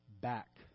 back